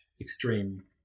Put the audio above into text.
extreme